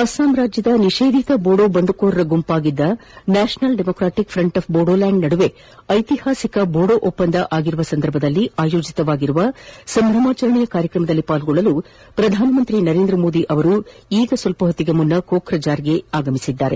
ಅಸ್ಸಾಂನ ನಿಷೇಧಿತ ಬೊಡೋ ಬಂಡುಕೋರರ ಗುಂಪಾಗಿದ್ದ national democratic front of Bodoland ನಡುವೆ ಐತಿಹಾಸಿಕ ಬೋಡೋ ಒಪ್ಪಂದವಾಗಿರುವ ಸಂದರ್ಭದಲ್ಲಿ ಆಯೋಜಿತವಾಗಿರುವ ಸಂಭ್ರಮಾಚರಣೆ ಕಾರ್ಯಕ್ರಮದಲ್ಲಿ ಭಾಗವಹಿಸಲು ಪ್ರಧಾನಮಂತ್ರಿ ನರೇಂದ್ರ ಮೋದಿ ಈಗ ಸ್ವಲ್ಪ ಹೊತ್ತಿಗೆ ಮುನ್ನ ಕೋಖ್ರಾಜಾರ್ ತಲುಪಿದ್ದಾರೆ